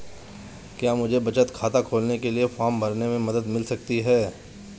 क्या मुझे बचत खाता खोलने के लिए फॉर्म भरने में मदद मिल सकती है?